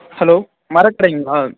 hello மரக்கடைங்களா